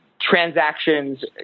transactions